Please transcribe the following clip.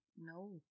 No